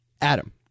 Adam